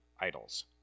idols